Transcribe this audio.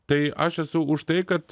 tai aš esu už tai kad